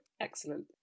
excellent